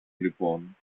λοιπόν